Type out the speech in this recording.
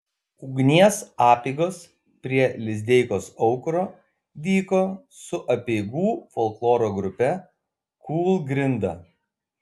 ugnies apeigos prie lizdeikos aukuro vyko su apeigų folkloro grupe kūlgrinda